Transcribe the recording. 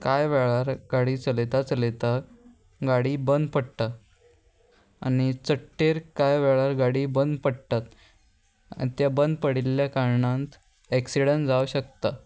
कांय वेळार गाडी चलयता चलयता गाडी बंद पडटा आनी चडटेर कांय वेळार गाडी बंद पडटात आनी तें बंद पडिल्ल्या कारणान एक्सिडंट जावंक शकता